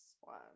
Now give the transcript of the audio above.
one